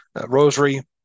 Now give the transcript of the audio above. rosary